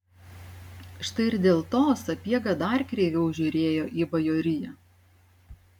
štai ir dėl to sapiega dar kreiviau žiūrėjo į bajoriją